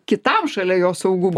kitam šalia jo saugu būtų